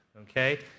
Okay